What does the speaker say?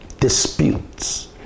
disputes